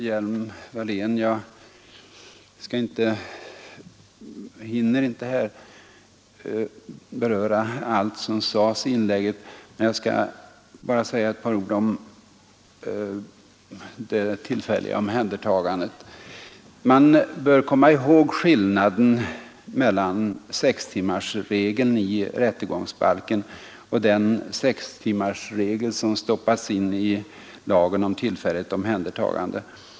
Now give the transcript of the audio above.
Herr talman! Jag hinner inte här beröra allt i fru Hjelm-Walléns inlägg, men jag skall säga några ord om det tillfälliga omhändertagandet. Man bör komma ihåg skillnaden mellan sextimmarsregeln i rättegångsbalken och den sextimmarsregel som stoppats in i lagen om tillfälligt omhändertagande.